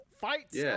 Fights